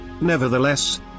nevertheless